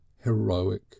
heroic